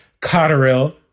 Cotterill